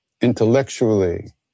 intellectually